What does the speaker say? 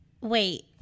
wait